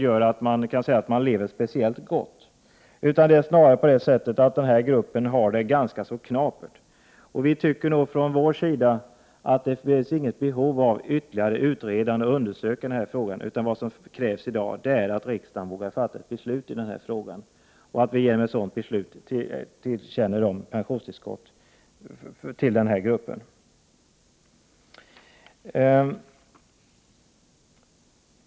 Man kan inte säga att de lever speciellt gott. Snarare har de det ganska så knapert. Vi från vår sida tycker att det inte behövs ytterligare utredande och undersökningar i denna fråga. Vad som krävs i dag är att riksdagen vågar fatta beslut i frågan och genom sitt beslut tillerkänner den här gruppen pensionstillskott.